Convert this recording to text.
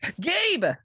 Gabe